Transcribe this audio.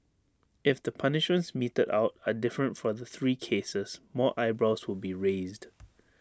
if the punishments meted are different for the three cases more eyebrows will be raised